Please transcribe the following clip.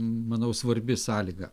manau svarbi sąlyga